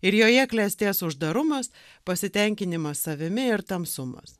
ir joje klestės uždarumas pasitenkinimas savimi ir tamsumas